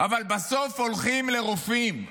אבל בסוף הולכים לרופאים,